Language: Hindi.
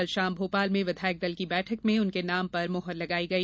कल शाम भोपाल में विधायक दल की बैठक में उनके नाम पर मोहर लगाई गई